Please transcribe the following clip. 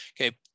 Okay